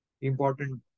important